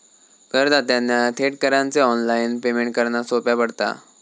करदात्यांना थेट करांचे ऑनलाइन पेमेंट करना सोप्या पडता